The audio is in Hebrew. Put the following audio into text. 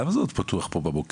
למה זה עוד פתוח פה במוקד?